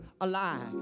alive